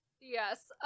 Yes